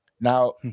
Now